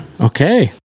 Okay